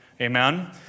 Amen